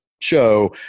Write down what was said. show